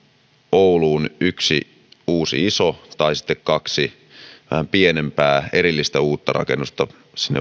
ouluun yksi uusi iso tai sitten kaksi vähän pienempää erillistä uutta rakennusta